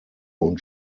und